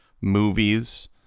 movies